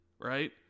Right